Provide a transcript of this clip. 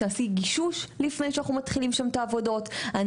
תעשי גישוש לפני שמתחילים שם את העבודות.״